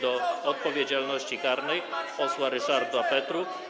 do odpowiedzialności karnej posła Ryszarda Petru.